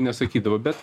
nesakydavo bet